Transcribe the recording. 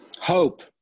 Hope